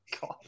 God